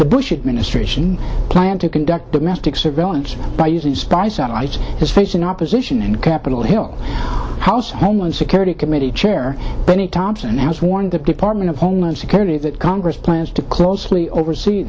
the bush administration plan to conduct domestic surveillance by using spy satellites is facing opposition in capitol hill house homeland security committee chair bennie thompson has warned the department of homeland security that congress plans to closely oversee